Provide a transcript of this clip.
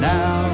Now